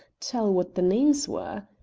tell what the names were,